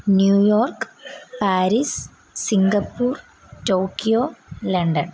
New York Paris Singapore Tokyo London